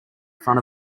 front